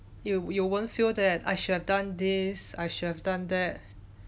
you you won't feel that I should have done this I should have done that